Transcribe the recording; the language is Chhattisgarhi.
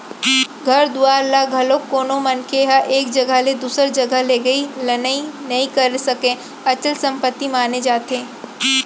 घर दुवार ल घलोक कोनो मनखे ह एक जघा ले दूसर जघा लेगई लनई नइ करे सकय, अचल संपत्ति माने जाथे